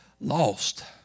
lost